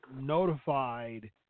notified